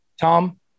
Tom